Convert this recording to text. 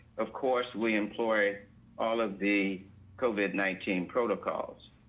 of course, we employ all of the covid nineteen protocols.